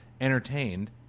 entertained